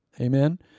Amen